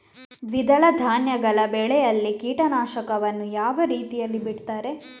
ದ್ವಿದಳ ಧಾನ್ಯಗಳ ಬೆಳೆಯಲ್ಲಿ ಕೀಟನಾಶಕವನ್ನು ಯಾವ ರೀತಿಯಲ್ಲಿ ಬಿಡ್ತಾರೆ?